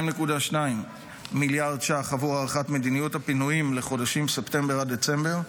2.2 מיליארד ש"ח עבור הארכת מדיניות הפינויים לחודשים ספטמבר עד דצמבר,